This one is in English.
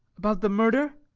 about the murder?